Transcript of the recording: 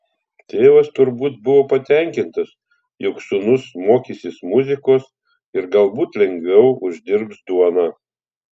tėvas turbūt buvo patenkintas jog sūnus mokysis muzikos ir galbūt lengviau uždirbs duoną